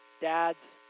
dads